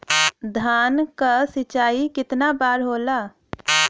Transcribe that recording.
धान क सिंचाई कितना बार होला?